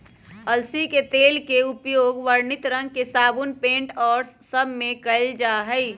अलसी के तेल के उपयोग वर्णित रंग साबुन पेंट और सब में कइल जाहई